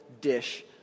dish